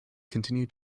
continue